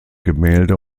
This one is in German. gemälde